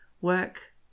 work